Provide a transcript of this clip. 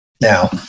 Now